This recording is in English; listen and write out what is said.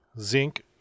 zinc